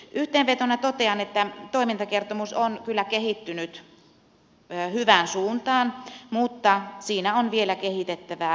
yhteenvetona totean että toimintakertomus on kyllä kehittynyt hyvään suuntaan mutta siinä on vielä kehitettävää